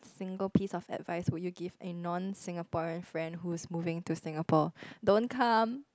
single piece of advice would you give a non Singaporean friend who's moving to Singapore don't come